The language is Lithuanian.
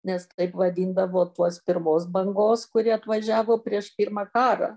nes taip vadindavo tuos pirmos bangos kurie atvažiavo prieš pirmą karą